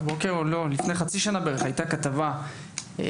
ולפני חצי שנה בערך פורסמה כתבה שהאיחוד